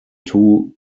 two